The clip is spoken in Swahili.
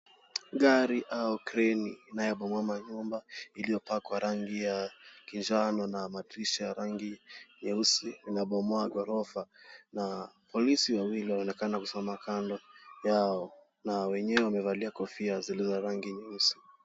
Gari au kreni inayabomoa manyumba iliyopakwa rangi ya kinjano na madirisha ya rangi nyeusi ,linabomoa ghorofa, na polisi wawili wanaonekana kusimama kando yao na wenyewe wamevalia kofia zilizo rangi nyeusi.